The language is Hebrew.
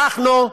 אנחנו,